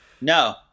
No